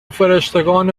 فرشتگان